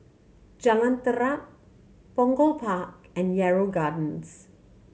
Jalan Terap Punggol Park and Yarrow Gardens